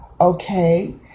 okay